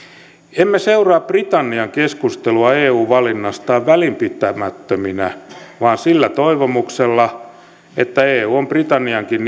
emme seuraa britannian keskustelua eu valinnastaan välinpitämättöminä vaan sillä toivomuksella että eu on britanniankin